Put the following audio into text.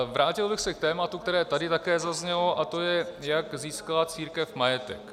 Vrátil bych se k tématu, které tady také zaznělo, a to je, jak získala církev majetek.